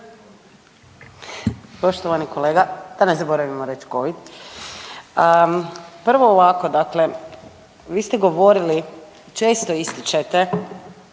prvo ovako dakle vi ste govorili često ističete